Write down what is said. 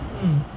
mm